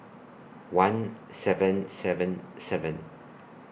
one seven seven seven